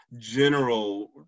general